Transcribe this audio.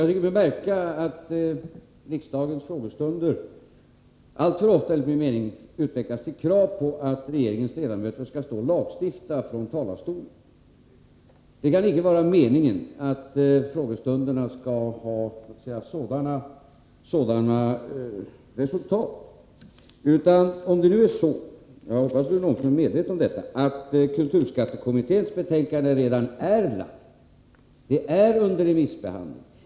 Herr talman! Riksdagens frågestunder utvecklas alltför ofta, tycker jag mig märka, till överläggningar där det framförs krav på att regeringens ledamöter skall stå i talarstolen och lagstifta. Det kan icke vara meningen att frågestunderna skall ge sådana resultat. Det är nu så, och jag hoppas att Rune Ångström är medveten om detta, att kulturskattekommittén redan är klar med sitt arbete och att dess betänkande är under remissbehandling.